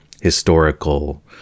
historical